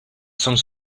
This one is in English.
some